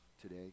today